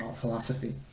philosophy